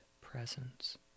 presence